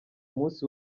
munsi